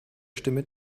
stimme